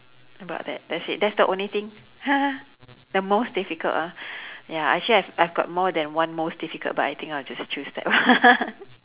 about that that's it that's the only thing the most difficult ah ya actually I've I've got more than one most difficult but I think I'll just choose that one